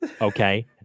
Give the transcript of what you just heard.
okay